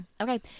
Okay